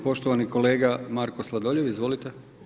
Poštovani kolega Marko Sladoljev, izvolite.